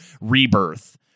rebirth